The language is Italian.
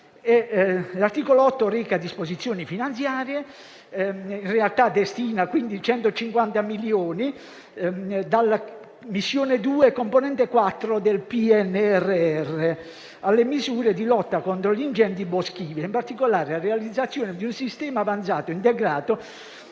L'articolo 8 reca disposizioni finanziarie: per la precisione, destina 150 milioni dalla Missione 2, componente 4, del PNRR alle misure di lotta contro gli incendi boschivi, e in particolare per la realizzazione di un sistema avanzato integrato